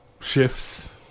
shifts